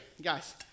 guys